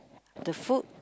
the food